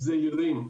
אחוזים זעירים.